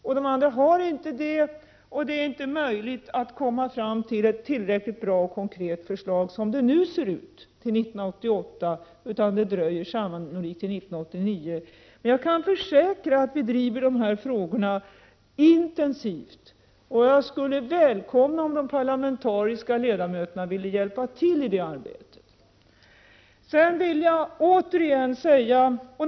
De andra länderna har inte det, och det är inte möjligt att komma fram till ett tillräckligt bra och konkret förslag till 1988, som det nu ser ut, utan det dröjer sannolikt till 1989. Men jag kan försäkra att vi driver de här frågorna intensivt, och jag skulle välkomna om de parlamentariska ledamöterna ville hjälpa till i det arbetet.